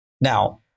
Now